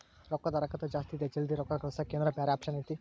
ರೊಕ್ಕದ ಹರಕತ್ತ ಜಾಸ್ತಿ ಇದೆ ಜಲ್ದಿ ರೊಕ್ಕ ಕಳಸಕ್ಕೆ ಏನಾರ ಬ್ಯಾರೆ ಆಪ್ಷನ್ ಐತಿ?